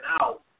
out